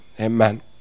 Amen